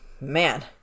man